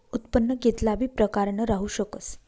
उत्पन्न कित्ला बी प्रकारनं राहू शकस